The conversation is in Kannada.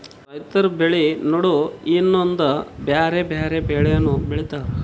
ರೈತರ್ ಬೆಳಿ ನಡು ಇನ್ನೊಂದ್ ಬ್ಯಾರೆ ಬ್ಯಾರೆ ಬೆಳಿನೂ ಬೆಳಿತಾರ್